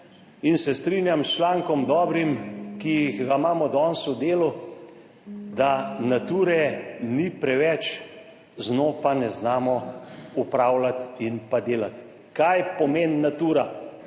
in se strinjam s člankom dobrim, ki ga imamo danes v Delu, da Nature ni preveč, z njo pa ne znamo upravljati in pa delati. Kaj pomeni Natura?